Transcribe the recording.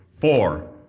Four